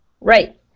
Right